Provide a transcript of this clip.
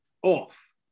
off